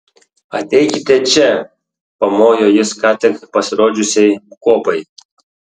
ateikite čia pamojo jis ką tik pasirodžiusiai kuopai